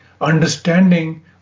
understanding